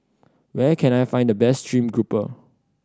where can I find the best stream grouper